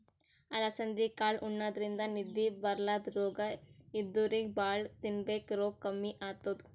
ಅಲಸಂದಿ ಕಾಳ್ ಉಣಾದ್ರಿನ್ದ ನಿದ್ದಿ ಬರ್ಲಾದ್ ರೋಗ್ ಇದ್ದೋರಿಗ್ ಭಾಳ್ ತಿನ್ಬೇಕ್ ರೋಗ್ ಕಮ್ಮಿ ಆತದ್